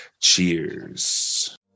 Cheers